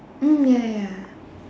mm ya ya ya